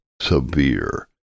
severe